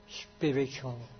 spiritual